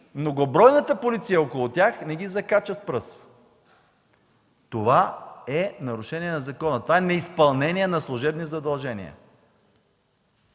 многобройната полиция около тях не ги закача с пръст. Това е нарушение на закона. Това е неизпълнение на служебни задължения.